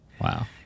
Wow